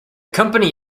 company